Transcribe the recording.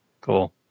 Cool